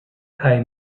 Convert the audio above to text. kaj